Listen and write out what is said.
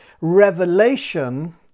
revelation